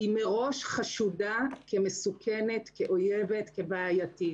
היא מראש חשודה כמסוכנת, כאויבת, כבעייתית.